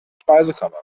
speisekammer